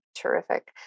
Terrific